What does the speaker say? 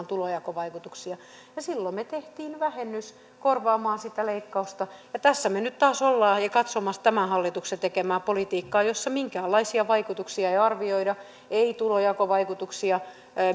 tulonjakovaikutuksia ja silloin me teimme vähennyksen korvaamaan sitä leikkausta ja tässä me nyt taas olemme katsomassa tämän hallituksen tekemää politiikkaa jossa minkäänlaisia vaikutuksia ei arvioida ei tulonjakovaikutuksia